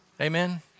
Amen